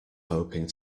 hoping